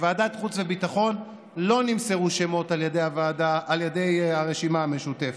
בוועדת חוץ וביטחון לא נמסרו שמות על ידי הרשימה המשותפת.